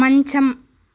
మంచం